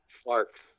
Sparks